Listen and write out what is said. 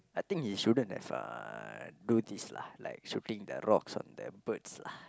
I think he shouldn't have uh do this lah like shooting the rocks on the birds lah